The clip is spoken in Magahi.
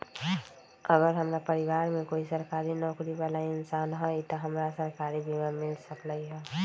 अगर हमरा परिवार में कोई सरकारी नौकरी बाला इंसान हई त हमरा सरकारी बीमा मिल सकलई ह?